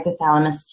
hypothalamus